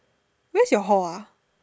where's your hall ah